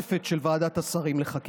נושא העלאת הקצבאות של האזרחים הוותיקים